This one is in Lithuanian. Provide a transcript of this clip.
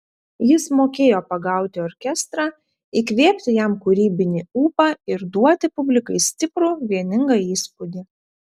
jis mokėjo pagauti orkestrą įkvėpti jam kūrybinį ūpą ir duoti publikai stiprų vieningą įspūdį